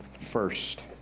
first